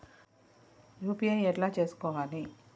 UPI ఎట్లా చేసుకోవాలి?